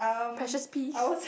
precious peeve